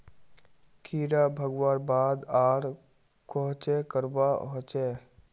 कीड़ा भगवार बाद आर कोहचे करवा होचए?